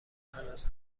هنوز